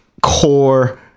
core